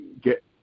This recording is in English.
get